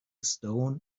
stone